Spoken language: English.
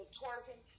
twerking